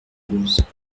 rose